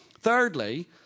Thirdly